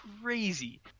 crazy